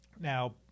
Now